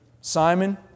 Simon